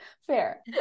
fair